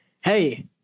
Hey